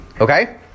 Okay